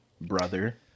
brother